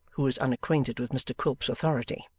who was unacquainted with mr quilp's authority.